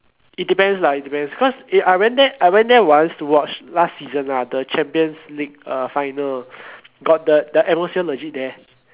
it depends lah it depends cause I went there I went there once to watch last season lah the champions league uh final got the the atmosphere legit there